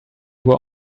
were